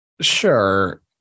sure